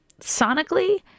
sonically